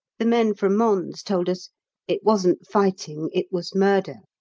the men from mons told us it wasn't fighting it was murder.